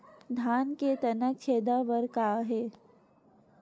धान के तनक छेदा बर का हे?